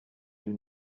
you